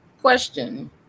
question